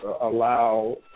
allow